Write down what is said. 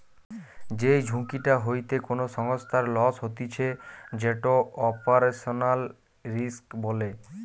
যেই ঝুঁকিটা হইতে কোনো সংস্থার লস হতিছে যেটো অপারেশনাল রিস্ক বলে